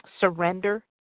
surrender